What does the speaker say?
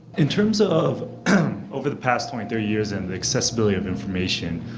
in terms of over the past twenty, thirty years and the accessibility of information,